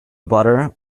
butter